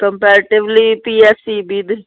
comparatively P S E B ਦੇ